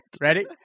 Ready